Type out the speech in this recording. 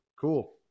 Cool